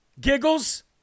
Giggles